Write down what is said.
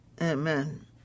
Amen